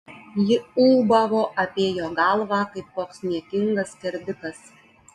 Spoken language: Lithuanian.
ji ūbavo apie jo galvą kaip koks niekingas skerdikas